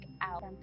out